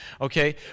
okay